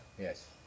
Yes